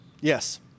Yes